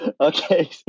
Okay